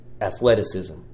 athleticism